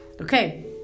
okay